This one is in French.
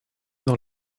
dans